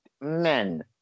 men